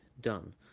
done